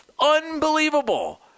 Unbelievable